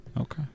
Okay